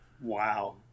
Wow